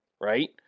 Right